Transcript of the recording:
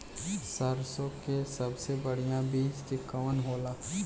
सरसों क सबसे बढ़िया बिज के कवन होला?